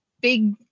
big